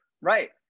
Right